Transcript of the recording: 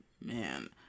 man